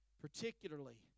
particularly